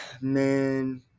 man